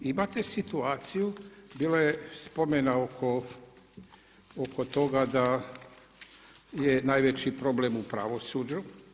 Imate situaciju, bilo je spomena oko toga da je najveći problem u pravosuđu.